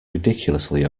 ridiculously